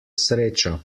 sreča